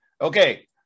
Okay